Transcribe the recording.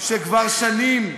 שכבר שנים,